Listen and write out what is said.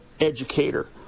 educator